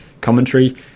commentary